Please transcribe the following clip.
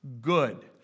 good